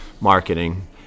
marketing